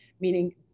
Meaning